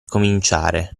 cominciare